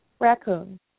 Raccoon